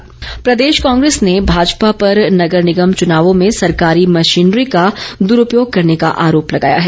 राठौर प्रदेश कांग्रेस ने भाजपा पर नगर निगम चुनावों में सरकारी मशीनरी का द्रूपयोग करने का आरोप लगाया है